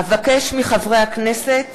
אבקש מחברי הכנסת